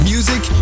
Music